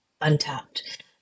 untapped